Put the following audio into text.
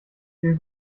viel